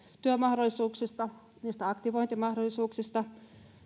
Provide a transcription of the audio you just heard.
työmahdollisuuksista aktivointimahdollisuuksista